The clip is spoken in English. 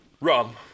rum